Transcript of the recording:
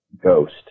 Ghost